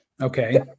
Okay